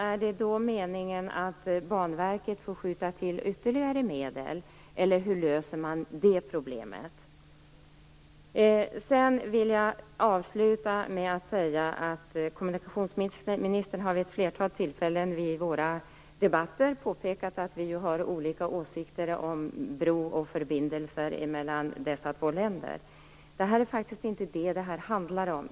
Är det meningen att Banverket skall skjuta till ytterligare medel, eller hur löser man det problemet? Jag vill avsluta med att säga att kommunikationsministern vid ett flertal tillfällen vid våra debatter har påpekat att vi har olika åsikter om bro och förbindelser mellan dessa två länder. Det är faktiskt inte det som det handlar om.